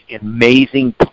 amazing